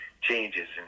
changes